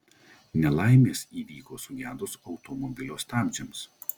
nelaimės įvyko sugedus automobilio stabdžiams